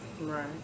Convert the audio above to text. right